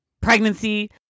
pregnancy